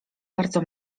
bardzo